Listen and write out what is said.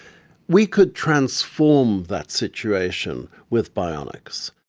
we could transform that situation with bionics.